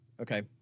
Okay